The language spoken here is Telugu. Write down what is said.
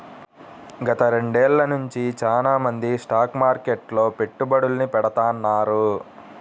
గత రెండేళ్ళ నుంచి చానా మంది స్టాక్ మార్కెట్లో పెట్టుబడుల్ని పెడతాన్నారు